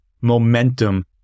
momentum